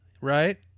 right